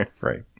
Right